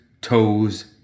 toes